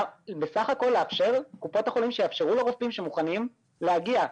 בסך הכל שקופות החולים יאפשרו לרופאים שמוכנים להגיע,